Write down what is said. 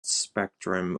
spectrum